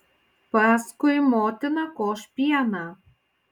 paskui motina koš pieną